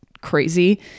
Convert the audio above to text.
crazy